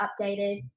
updated